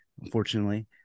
unfortunately